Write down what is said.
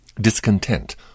Discontent